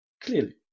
clearly